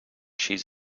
she’s